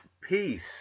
peace